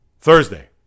Thursday